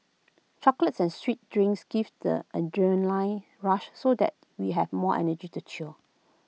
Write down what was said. chocolates and sweet drinks gives the adrenaline rush so that we have more energy to cheer